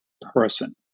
person